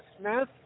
Smith